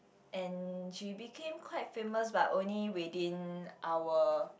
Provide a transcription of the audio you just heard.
and she became quite famous but only within our